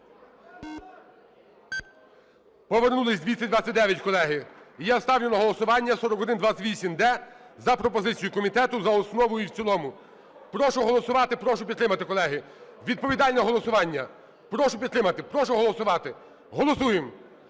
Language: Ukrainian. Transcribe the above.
Повернулись – 229, колеги. Я ставлю на голосування 4128-д за пропозицією комітету за основу і в цілому. Прошу голосувати, прошу підтримати, колеги. Відповідальне голосування. Прошу підтримати, прошу голосувати. Голосуємо.